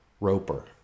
Roper